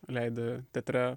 leidi teatre